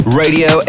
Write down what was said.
radio